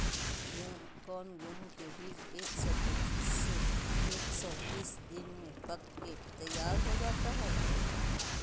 कौन गेंहू के बीज एक सौ पच्चीस से एक सौ तीस दिन में पक के तैयार हो जा हाय?